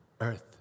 earth